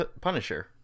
Punisher